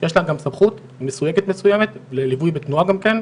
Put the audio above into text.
שיש להם גם סמכות מסויגת מסוימת לליווי בתנועה גם כן,